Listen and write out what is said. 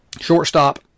shortstop